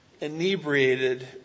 inebriated